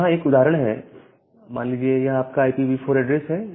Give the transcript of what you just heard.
यहां एक उदाहरण है मान लीजिए यह आपका IPv4 एड्रेस है